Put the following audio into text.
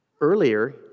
Earlier